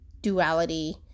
duality